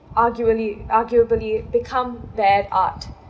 argually arguably become bad art